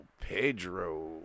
Pedro